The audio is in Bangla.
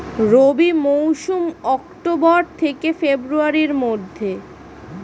রবি মৌসুম অক্টোবর থেকে ফেব্রুয়ারির মধ্যে